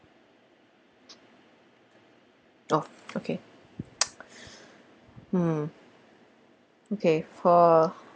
oh okay mm okay for